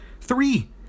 three